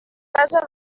fase